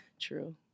true